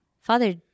Father